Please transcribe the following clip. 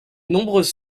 nombreuses